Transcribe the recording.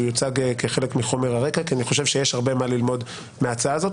יוצג כחלק מחומר הרקע כי אני חושב שיש הרבה מה ללמוד מההצעה הזאת.